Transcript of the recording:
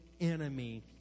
enemy